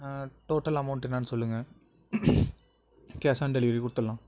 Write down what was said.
total amount என்னன்னு சொல்லுங்கள் cash on delivery கொடுத்துட்லாம்